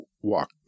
walk